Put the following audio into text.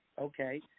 Okay